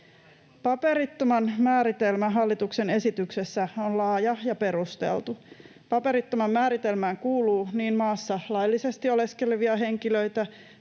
Paperittoman määritelmä hallituksen esityksessä on laaja ja perusteltu. Paperittoman määritelmään kuuluu niin maassa laillisesti oleskelevia henkilöitä